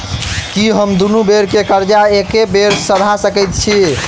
की हम दुनू बेर केँ कर्जा एके बेर सधा सकैत छी?